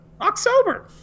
October